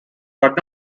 but